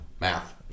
math